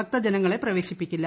ഭക്തജനങ്ങളെ പ്രവേശിപ്പിക്കില്ല